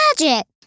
magic